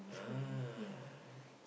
ah